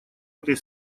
этой